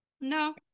no